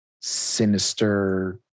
sinister